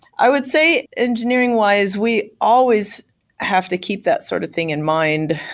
i would say engineering-wise, we always have to keep that sort of thing in mind,